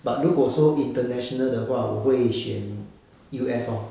but 如果说 international 的话我会选 U_S lor